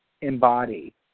embody